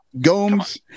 Gomes